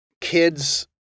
kids